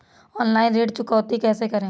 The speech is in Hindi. ऑनलाइन ऋण चुकौती कैसे करें?